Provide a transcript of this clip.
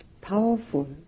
powerful